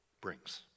brings